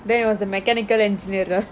then it was the mechanical engineers uh